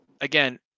again